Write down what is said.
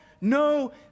no